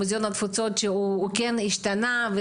מוזיאון התפוצות שהוא כן השתנה,